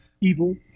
evil